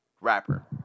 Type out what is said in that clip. rapper